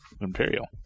Imperial